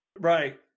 Right